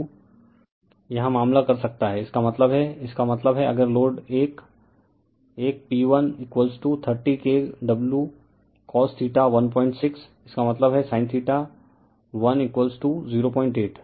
तो IaIa1Ia2 यहां मामला कर सकता है इसका मतलब है इसका मतलब है अगर लोड 1 1 P130KWcos16 इसका मतलब है sin one 08